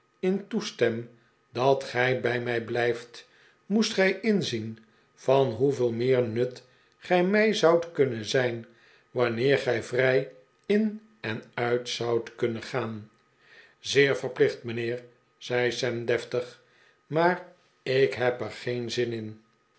in toestem dat gij bij mij blijft moest gij inzien van hoeveel meer nut gij mij zoudt kunnen zijn wanneer gii vrij in en uit zoudt kunnen gaan zeer verplicht mijnheer zei sam deftig maar ik heb er geen zin in